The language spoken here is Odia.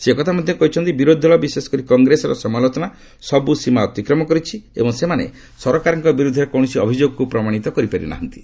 ସେ ଏକଥା ମଧ୍ୟ କହିଛନ୍ତି ବିରୋଧୀ ଦଳ ବିଶେଷ କରି କଂଗ୍ରେସର ସମାଲୋଚନା ସବୁ ସୀମା ଅତିକ୍ରମ କରିଛି ଏବଂ ସେମାନେ ସରକାରଙ୍କ ବିରୁଦ୍ଧରେ କୌଣସି ଅଭିଯୋଗକୁ ପ୍ରମାଣିତ କରିପାରି ନାହାନ୍ତି